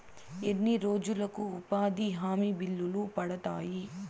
ఎన్ని రోజులకు ఉపాధి హామీ బిల్లులు పడతాయి?